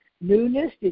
newness